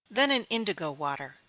then in indigo water.